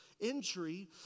entry